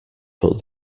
but